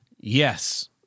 Yes